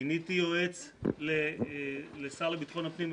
מיניתי יועץ לשר לבטחון הפנים,